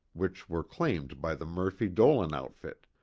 which were claimed by the murphy-dolan outfit.